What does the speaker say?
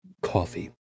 coffee